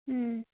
ಹ್ಞೂ